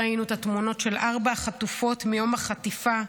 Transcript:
ראינו את התמונות של ארבע החטופות מיום החטיפה,